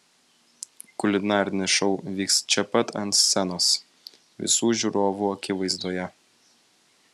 kulinarinis šou vyks čia pat ant scenos visų žiūrovų akivaizdoje